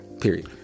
period